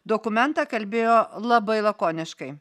dokumentą kalbėjo labai lakoniškai